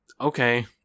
okay